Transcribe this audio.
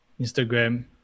Instagram